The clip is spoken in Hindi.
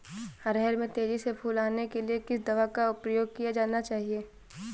अरहर में तेजी से फूल आने के लिए किस दवा का प्रयोग किया जाना चाहिए?